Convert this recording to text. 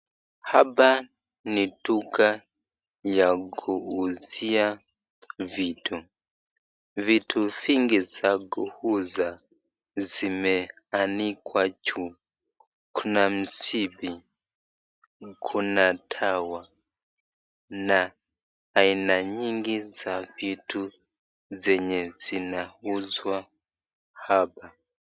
Hapa ni duka ya kuuzia vitu. Vitu vingi za kuuza, zimeanikwa juu. Kuna mshipi, kuna dawa na aina nyingi za vitu zenye zinauzwa hapa.